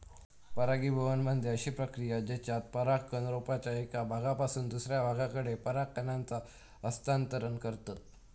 परागीभवन म्हणजे अशी प्रक्रिया जेच्यात परागकण रोपाच्या एका भागापासून दुसऱ्या भागाकडे पराग कणांचा हस्तांतरण करतत